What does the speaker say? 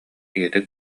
ийэтэ